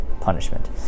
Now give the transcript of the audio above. punishment